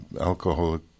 Alcoholic